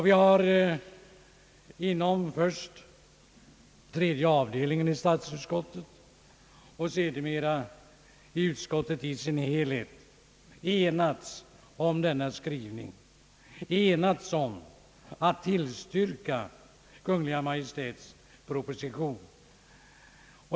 Vi har först inom tredje avdelningen i statsutskottet och sedermera i utskottet i dess helhet enats om att tillstyrka Kungl. Maj:ts proposition.